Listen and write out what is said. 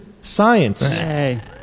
science